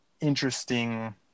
interesting